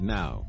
now